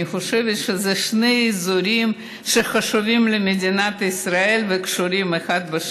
אני חושבת שאלה שני אזורים שחשובים למדינת ישראל וקשורים זה בזה.